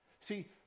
See